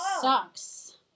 sucks